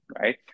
right